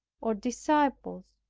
or disciples,